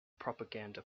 propaganda